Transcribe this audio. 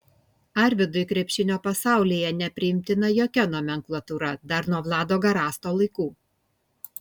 arvydui krepšinio pasaulyje nepriimtina jokia nomenklatūra dar nuo vlado garasto laikų